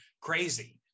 crazy